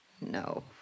No